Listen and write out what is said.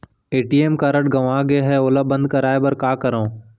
ATM card गंवा गे है ओला बंद कराये बर का करंव?